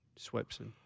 Swepson